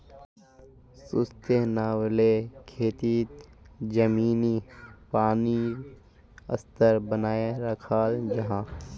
sustainable खेतित ज़मीनी पानीर स्तर बनाए राखाल जाहा